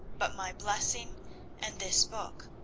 but my blessing and this book.